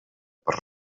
per